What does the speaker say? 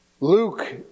Luke